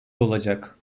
olacak